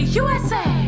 usa